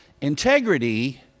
Integrity